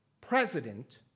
president